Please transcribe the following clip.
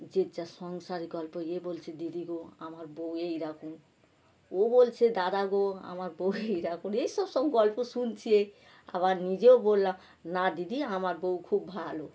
যে যার সংসারে গল্প এ বলছে দিদি গো আমার বউ এইরকম ও বলছে দাদা গো আমার বউ এই রকম এইসব সব গল্প শুনছি আবার নিজেও বললাম না দিদি আমার বউ খুব ভালো